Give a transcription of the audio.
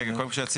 רגע, קודם שיציגו.